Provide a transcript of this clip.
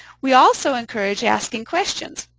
we also encourage asking questions.